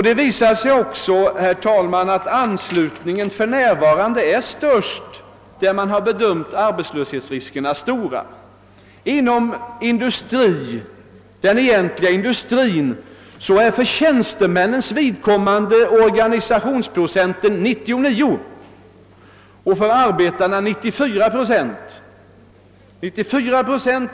Det visar sig också, herr talman, att anslutningen för närvarande är störst där man har bedömt arbetslöshetsriskerna såsom stora. Inom den egentliga industrin är för tjänstemännens vidkommande organisationsprocenten 99, för arbetarna är den 94.